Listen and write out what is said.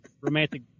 romantic